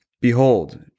behold